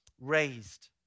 raised